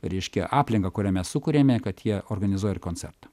reiškia aplinką kurią mes sukuriame kad jie organizuoja ir koncertą